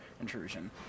intrusion